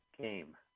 game